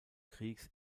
kriegs